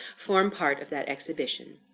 form part of that exhibition.